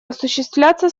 осуществляться